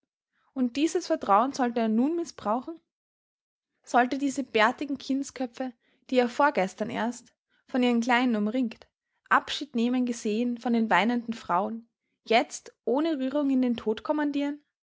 und dieses vertrauen sollte er nun mißbrauchen sollte diese bärtigen kindsköpfe die er vorgestern erst von ihren kleinen umringt abschied nehmen gesehen von den weinenden frauen jetzt ohne rührung in den tod